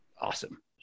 Awesome